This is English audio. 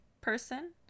person